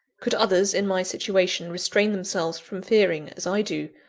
could others in my situation restrain themselves from fearing, as i do,